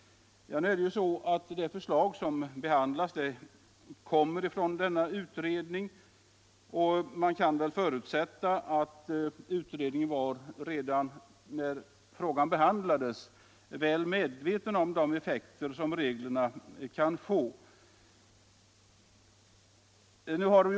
Nu är det emellertid så att det förslag som behandlas kommer från denna utredning, varför man väl kan förutsätta att utredningen redan när frågan behandlades där var väl medveten om de effekter som reglerna kan få.